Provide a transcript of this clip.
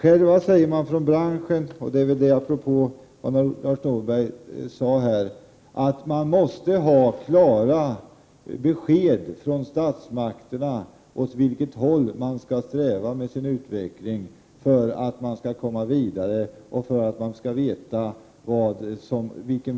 Företrädare från branschen säger själva, detta apropå vad Lars Norberg sade, att man måste ha klara besked från statsmakterna om åt vilket håll man skall sträva i sin utveckling för att komma vidare och kunna veta vilken väg man skall välja. Just därför, Prot.